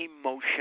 emotion